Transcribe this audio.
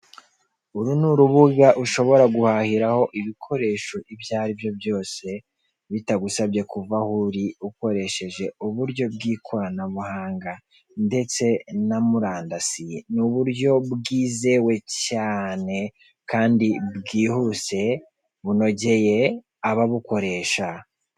Uru ni urubuga ushobora guhahiraho ibikoresho ibyo ari byo byose bitagusabye kuva aho uri ukoresheje uburyo bw'ikoranabuhanga ndetse na murandasi ni uburyo bwizewe cyane kandi bwihuse bunogeye ababukoresha.